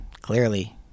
clearly